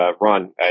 Ron